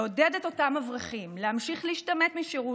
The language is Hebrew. לעודד את אותם אברכים להמשיך להשתמט משירות,